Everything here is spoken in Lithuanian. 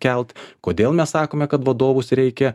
kelt kodėl mes sakome kad vadovus reikia